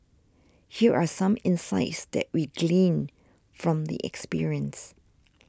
here are some insights that we gleaned from the experience